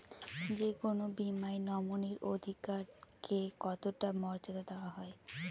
যে কোনো বীমায় নমিনীর অধিকার কে কতটা মর্যাদা দেওয়া হয়?